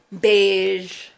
beige